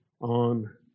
on